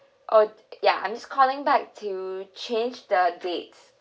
oh ya I'm just calling back to change the dates